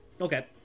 Okay